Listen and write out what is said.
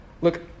Look